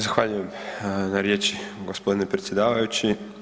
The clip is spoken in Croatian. Zahvaljujem na riječi gospodine predsjedavajući.